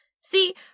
See